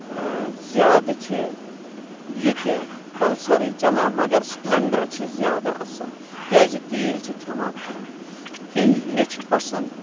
زیادٕ چھِ ییٚتہِ پَلسرٕے چلان مَگر سِپلینڈر چھِ زیادٕ اَصٕل کیازِ تیٖل چھِ کھیٚوان کَم بیٚیہِ مےٚ چھِ پَسند